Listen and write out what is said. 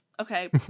Okay